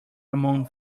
among